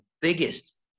biggest